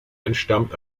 entstammt